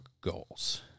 goals